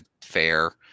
fair